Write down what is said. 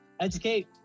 Educate